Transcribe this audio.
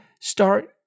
start